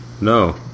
No